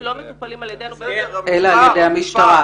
לא מטופלים על ידנו --- אלא על ידי המשטרה.